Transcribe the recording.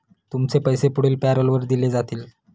तुमचे पैसे पुढील पॅरोलवर दिले जातील